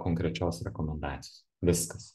konkrečios rekomendacijos viskas